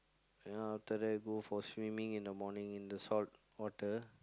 then after that go for swimming in the morning in the salt water